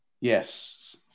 Yes